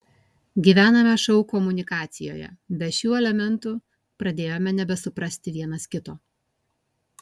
gyvename šou komunikacijoje be šių elementų pradėjome nebesuprasti vienas kito